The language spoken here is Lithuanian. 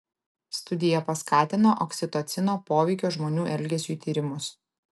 studija paskatino oksitocino poveikio žmonių elgesiui tyrimus